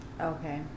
Okay